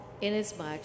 inasmuch